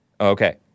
Okay